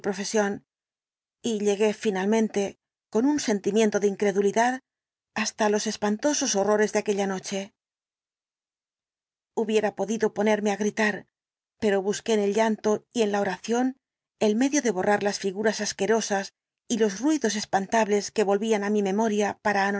y llegué finalmente con un sentimiento de incredulidad hasta los espantosos horrores de aquella noche hubiera podido ponerme á gritar pero busqué en el llanto y en la oración el medio de borrar las figuras asquerosas y los ruidos espantables que volvían á mi memoria para